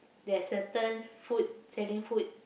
there's certain food selling food